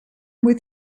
with